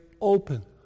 open